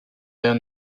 der